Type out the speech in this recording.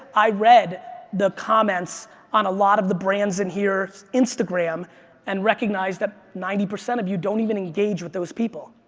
i read the comments on a lot of the brands and here instagram and recognized that ninety percent of you don't even engage with those people.